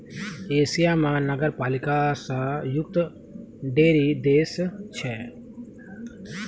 Asia म नगरपालिका स युक्त ढ़ेरी देश छै